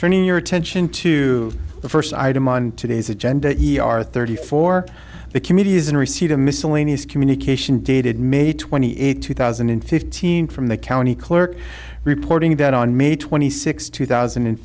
turning your attention to the first item on today's agenda e r thirty four the committee is in receipt of miscellaneous communication dated may twenty eighth two thousand and fifteen from the county clerk reporting that on may twenty sixth two thousand and